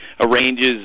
Arranges